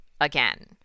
again